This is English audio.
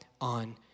on